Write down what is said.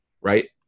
Right